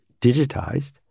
digitized